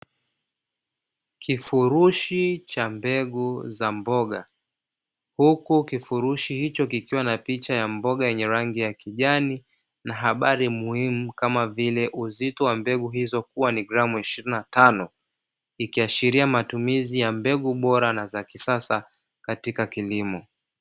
Kifurushi cha mbegu za mboga, huku kifurushi hicho kikiwa na picha ya mboga yenye rangi ya kijani na habari muhimu kama vile uzito wa mbegu hizo kuwa ni gramu ishirini na tano, ikiashiria matumizi ya mbegu bora na za kisasa katika kilimo.